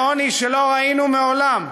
לעוני שלא ראינו מעולם,